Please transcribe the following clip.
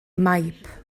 maip